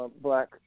black